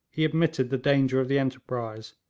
he admitted the danger of the enterprise,